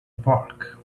park